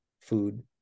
food